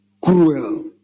cruel